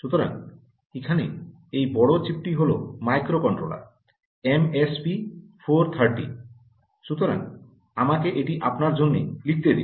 সুতরাং এখানে এই বড় চিপটি হল মাইক্রো কন্ট্রোলার এটি এমএসপি 430 সুতরাং আমাকে এটি আপনার জন্য লিখতে দিন